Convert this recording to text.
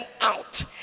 out